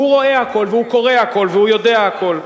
והוא רואה הכול והוא קורא הכול והוא יודע הכול,